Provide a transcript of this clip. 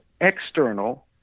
external